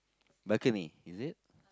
balcony is it